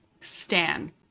Stan